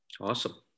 Awesome